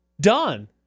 done